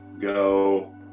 go